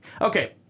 Okay